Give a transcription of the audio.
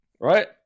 right